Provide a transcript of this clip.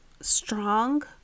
strong